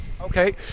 Okay